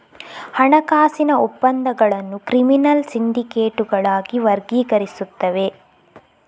ಹಣಕಾಸಿನ ಒಪ್ಪಂದಗಳನ್ನು ಕ್ರಿಮಿನಲ್ ಸಿಂಡಿಕೇಟುಗಳಾಗಿ ವರ್ಗೀಕರಿಸುತ್ತವೆ